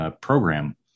program